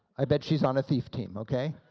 i bet she's on a thief team, okay.